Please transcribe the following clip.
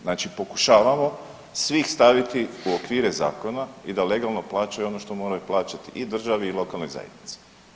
Znači pokušavamo svih staviti u okvire zakona i da legalno plaćaju ono što moraju plaćati i državi i lokalnoj zajednici.